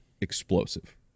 explosive